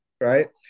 Right